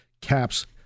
caps